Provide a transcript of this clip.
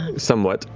somewhat.